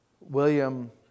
William